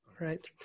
Right